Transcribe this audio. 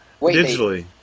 Digitally